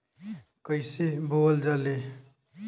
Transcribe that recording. कईसे बोवल जाले?